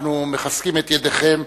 אנחנו מחזקים את ידיכם,